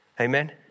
Amen